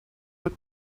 but